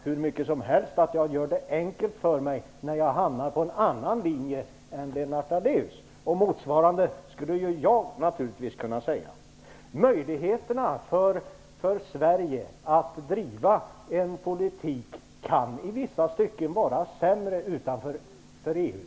Lennart Daléus kan säga att jag gör det enkelt för mig när jag kommer fram till en annan ståndpunkt än Lennart Daléus, och motsvarande skulle jag naturligtvis kunna säga om honom. Möjligheterna för Sverige att driva en politik kan i vissa stycken vara sämre utanför EU.